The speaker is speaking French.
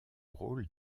rôle